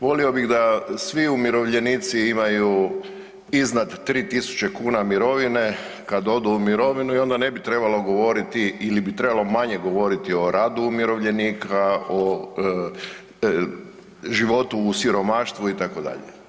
Volio bih da svi umirovljenici imaju iznad 3.000 kuna mirovine kad odu u mirovinu i onda ne bi trebalo govoriti ili bi trebalo manje govoriti o radu umirovljenika, o životu u siromaštvu itd.